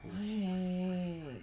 eh